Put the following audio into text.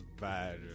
bad